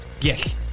yes